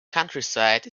countryside